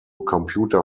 computer